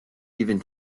even